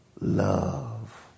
love